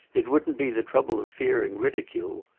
it wouldn't be the trouble of fearing ridicule.